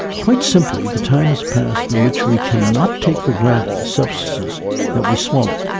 quite simply the time is past in which we cannot take for granted the substances that we swallow.